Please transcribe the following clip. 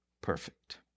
perfect